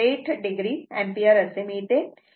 8 o ampere असे मिळते